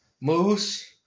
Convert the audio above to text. moose